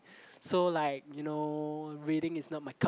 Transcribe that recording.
so like you know reading is not my cup